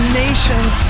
nations